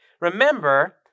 Remember